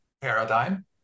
paradigm